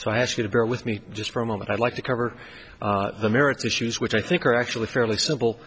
so i ask you to bear with me just for a moment i'd like to cover the merits issues which i think are actually fairly simple